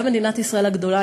גם מדינת ישראל הגדולה,